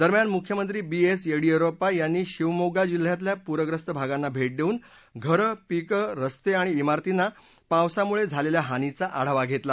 दरम्यान मुख्यमंत्री B S Yediyurappa यांनी शिवमोग्गा जिल्ह्यातल्या पुर्खस्त भागांना भेट देऊन घरं पीकं रस्ते आणि भारतींना पावसामुळे पोचलेल्या हानीचा आढावा घेतला